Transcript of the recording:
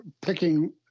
picking